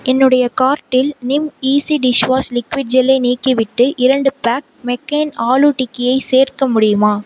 என்னுடைய கார்ட்டில் Nimeasy dishwash liquid ஜெல்லை நீக்கிவிட்டு இரண்டு பேக் மெக்கெயின் ஆலு டிக்கியைச் சேர்க்க முடியுமா